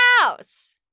house